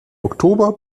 oktober